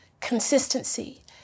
consistency